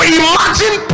imagine